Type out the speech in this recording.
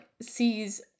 sees